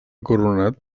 coronat